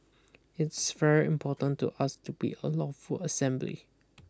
it's very important to us to be a lawful assembly